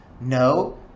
no